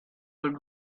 would